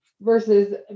versus